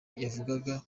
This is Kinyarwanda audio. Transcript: yavugaga